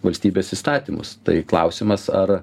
valstybės įstatymus tai klausimas ar